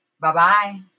Bye-bye